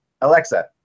Alexa